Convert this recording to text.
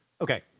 Okay